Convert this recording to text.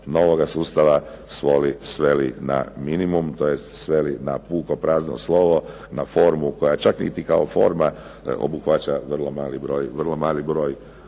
novoga sustava sveli na minimum, tj. sveli na puko prazno slovo, na formu koja čak niti kao forma obuhvaća vrlo mali broj